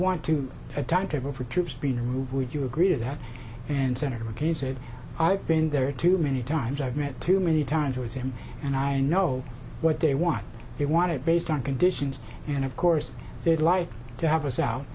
want to a timetable for troop speed would you agree to that and senator mccain said i've been there too many times i've met too many times with him and i know what they want they wanted based on conditions and of course they'd like to have us out